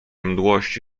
mdłości